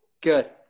Good